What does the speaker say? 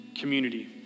community